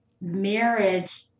marriage